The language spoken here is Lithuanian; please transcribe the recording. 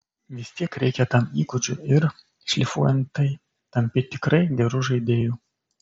vistiek reikia tam įgūdžių ir šlifuojant tai tampi tikrai geru žaidėju